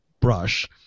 brush